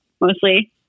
Mostly